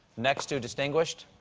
next to distinguished.